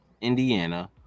Indiana